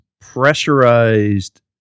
pressurized